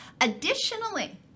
Additionally